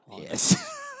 Yes